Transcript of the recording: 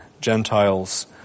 Gentiles